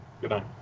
Goodnight